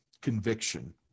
conviction